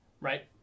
Right